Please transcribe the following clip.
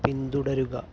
പിന്തുടരുക